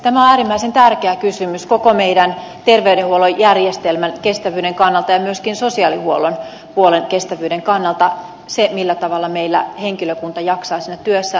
tämä on äärimmäisen tärkeä kysymys koko meidän ter veydenhuollon järjestelmän kestävyyden kannalta ja myöskin sosiaalihuollon kestävyyden kannalta se millä tavalla meillä henkilökunta jaksaa siinä työssään